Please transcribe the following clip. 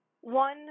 One